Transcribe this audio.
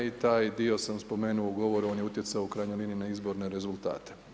I taj dio sam spomenuo u govoru, on je utjecaju, u krajnjoj liniji na izborne rezultate.